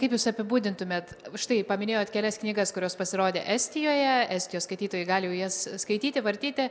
kaip jūs apibūdintumėt štai paminėjot kelias knygas kurios pasirodė estijoje estijos skaitytojai gali jas skaityti vartyti